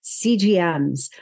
CGMs